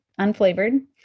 unflavored